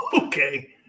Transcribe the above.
Okay